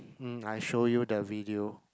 hmm I show you the video